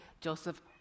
Joseph